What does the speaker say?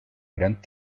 gran